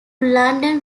london